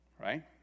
Right